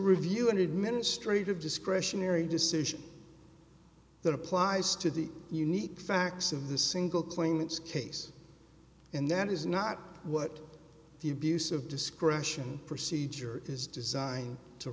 review an administrative discretionary decision that applies to the unique facts of the single claimants case and that is not what the abuse of discretion procedure is designed to